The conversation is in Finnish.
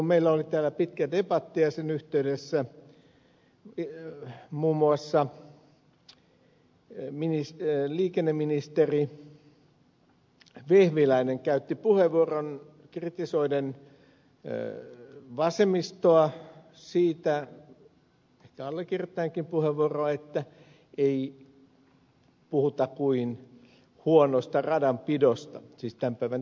meillä oli täällä pitkä debatti ja sen yhteydessä muun muassa liikenneministeri vehviläinen käytti puheenvuoron kritisoiden vasemmistoa ehkä allekirjoittajankin puheenvuoroa siitä että ei puhuta kuin huonosta radanpidosta siis tämän päivän tilanteesta